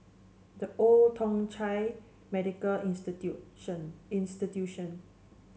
The Old Thong Chai Medical Institution